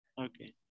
Okay